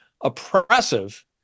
oppressive